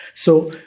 so,